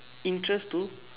interest to